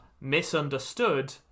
misunderstood